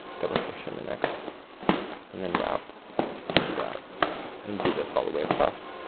double crochet in the next and then wrap and do that and do this all the way across.